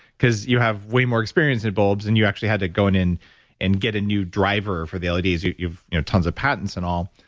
because you have way more experience in bulbs and you actually had to go in in and get a new driver for the leds, you've you've you know tons of patents and all.